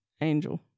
Angel